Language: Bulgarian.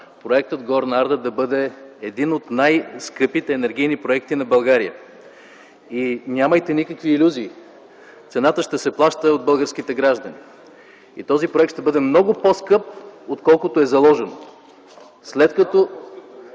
проектът „Горна Арда” да бъде един от най-скъпите енергийни проекти на България. Нямайте никакви илюзии – цената ще се плаща от българските граждани. Този проект ще бъде много по-скъп, отколкото е заложено!